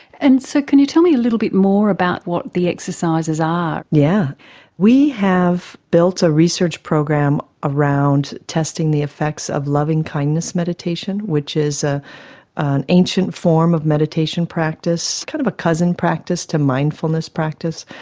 and so can you tell me a little bit more about what the exercises are? yeah we have built a research program around testing the effects of loving-kindness meditation, which is ah an ancient form of meditation practice, kind of a cousin practice to mindfulness practice.